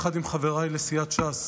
יחד עם חבריי לסיעת ש"ס,